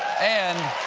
and